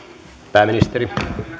pääministeri